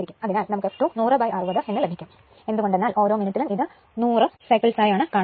അതിനാൽ നമുക്ക് f2 10060 എന്ന് ലഭിക്കും എന്ത്കൊണ്ടെന്നാൽ ഓരോ മിനിറ്റിലും ഇത് 100 ഭ്രമണം ആണ് നടത്തുന്നത്